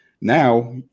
Now